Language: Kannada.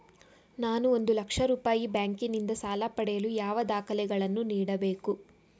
ನಾನು ಒಂದು ಲಕ್ಷ ರೂಪಾಯಿ ಬ್ಯಾಂಕಿನಿಂದ ಸಾಲ ಪಡೆಯಲು ಯಾವ ದಾಖಲೆಗಳನ್ನು ನೀಡಬೇಕು?